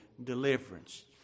Deliverance